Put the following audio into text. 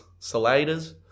Saladas